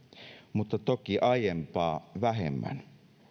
mutta toki aiempaa vähemmän